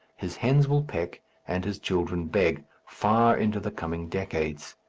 his hens will peck and his children beg, far into the coming decades.